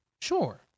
Sure